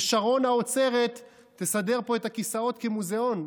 ושרון האוצרת תסדר פה את הכיסאות כמוזיאון.